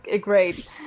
great